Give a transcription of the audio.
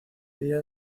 día